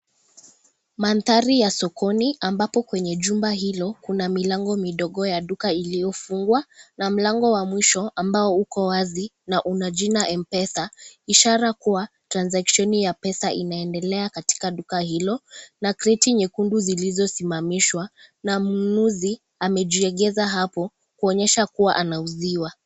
Mandhari ya sokoni ambapo kwenye jumba hilo kuna milango midogo ya duka iliofungwa na mlango wa mwisho ambao uko wazi na una jina mpesa. Ishara kuwa (CS)transactioni(CS) ya pesa inaendelea katika duka hilo na kriti nyekundu Zilizo simamishwa na mnunuzi amejiegeza hapo kuonyesha kuwa anauziwa.